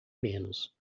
menos